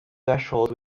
threshold